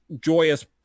Joyous